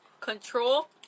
control